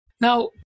Now